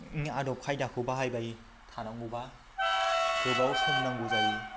आदब खायदाखौ बाहायबाय थानांगौबा गोबाव सम नांगौ जायो